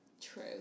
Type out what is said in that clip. True